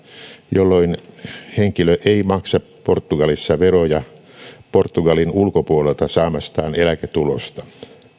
jolloin henkilö ei maksa portugalissa veroja portugalin ulkopuolelta saamastaan eläketulosta